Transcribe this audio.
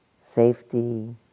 safety